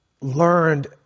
learned